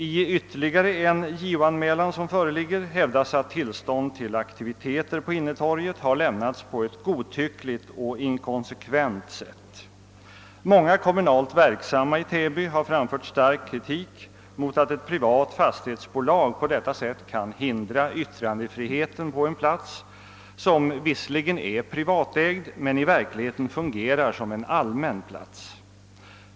I ytterligare en JO-anmälan som föreligger hävdas att tillstånd till aktiviteter på innetorget lämnas på ett godtyckligt och inkonsekvent sätt. Många kommunalt verksamma i Täby har framfört stark kritik mot att ett privat fastighetsbolag på detta sätt kan hindra yttrandefriheten på en plats, som visserligen är privatägd men i verkligheten fungerar som allmän plats.